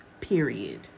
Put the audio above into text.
Period